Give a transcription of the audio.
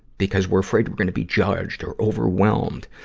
because we're afraid we're gonna be judged or overwhelmed.